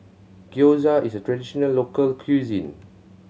Gyoza is a traditional local cuisine